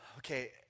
Okay